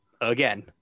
again